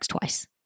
twice